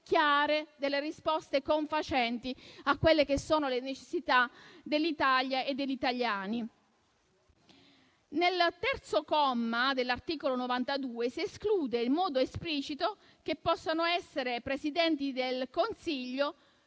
portare delle risposte chiare e confacenti a quelle che sono le necessità dell'Italia e degli italiani. Nel terzo comma dell'articolo 92 si esclude in modo esplicito che possano essere Presidenti del Consiglio